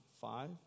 five